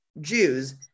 Jews